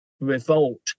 revolt